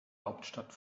hauptstadt